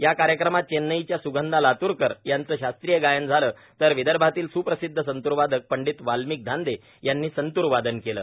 या कार्यक्रमात चेन्नईच्या स्गंधा लातूरकर यांचं शास्त्रीय गायन झालं तर विदर्भातील स्प्रसिद्ध संत्रवादक पंडीत वाल्मीक धांदे यांनी संतूर वादन केलं